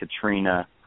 Katrina